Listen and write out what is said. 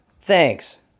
thanks